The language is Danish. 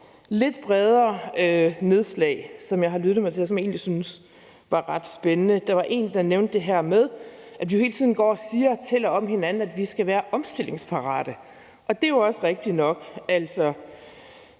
lidt bredere nedslag, som jeg har lyttet mig til, og som jeg egentlig synes var ret spændende. Der var en, der nævnte det her med, at vi hele tiden går og fortæller hinanden, at vi skal være omstillingsparate. Det er jo også rigtigt nok.